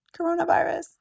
coronavirus